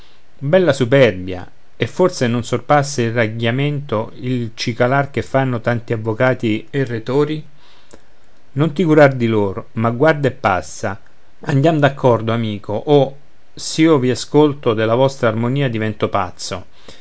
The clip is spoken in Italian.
bella superbia e forse non sorpassa il ragghiamento il cicalar che fanno tanti avvocati e rètori non ti curar di lor ma guarda e passa andiam d'accordo amico oh s'io vi ascolto della vostra armonia divento pazzo